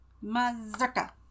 Mazurka